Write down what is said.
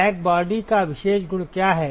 blackbody का विशेष गुण क्या है